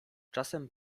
czasem